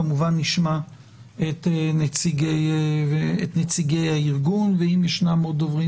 כמובן נשמע את נציגי הארגון ואם ישנם עוד דוברים